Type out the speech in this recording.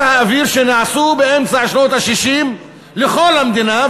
האוויר שנעשו באמצע שנות ה-60 לכל המדינה,